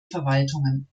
verwaltungen